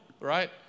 right